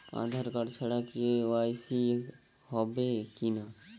আধার card ছাড়া KYC হবে কিনা?